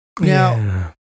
Now